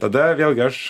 tada vėlgi aš